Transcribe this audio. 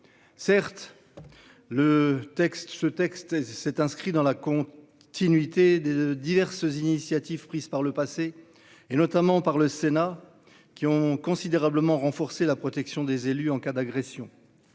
texte ce texte et inscrit dans la compte continuité de diverses initiatives prises par le passé, et notamment par le Sénat qui ont considérablement renforcé la protection des élus en cas d'agression.